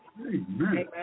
Amen